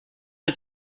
est